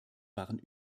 waren